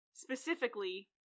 specifically